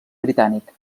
britànic